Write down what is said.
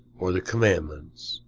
or the commandments,